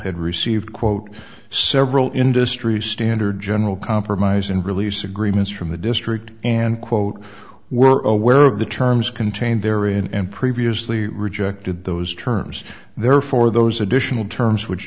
had received quote several industry standard general compromise and release agreements from the district and quote were aware of the terms contained therein and previously rejected those terms therefore those additional terms which